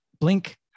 blink